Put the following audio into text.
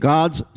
God's